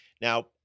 Now